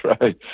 right